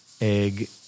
egg